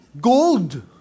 gold